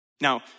Now